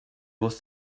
was